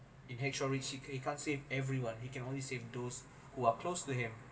in hackhaw ridge he he can't save everyone he can only save those who are close to him